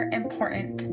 important